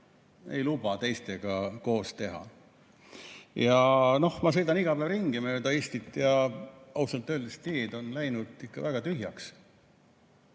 ei luba teistega koos teha. Noh, ma sõidan iga päev ringi mööda Eestit ja ausalt öeldes teed on läinud ikka väga tühjaks.